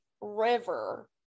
River